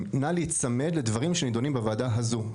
נא להיצמד לדברים שנידונים בוועדה הזו,